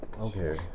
Okay